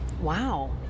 Wow